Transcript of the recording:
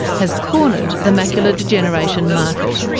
has cornered the macular degeneration market,